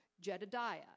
Jedediah